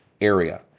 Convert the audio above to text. area